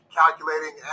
calculating